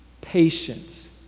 patience